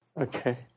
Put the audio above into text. Okay